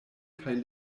kaj